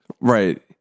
Right